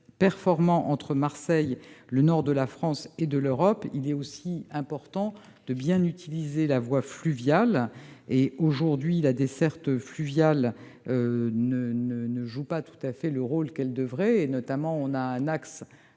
performants entre Marseille, le nord de la France et de l'Europe, il est aussi important de bien utiliser la voie fluviale. Aujourd'hui, la desserte fluviale ne joue pas tout son rôle, alors qu'il existe un axe